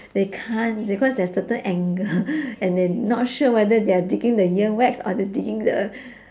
they can't because there's certain angle and they not sure whether they are the digging the earwax or they digging the